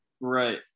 Right